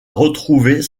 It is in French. retrouver